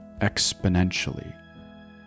exponentially